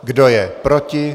Kdo je proti?